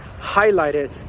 highlighted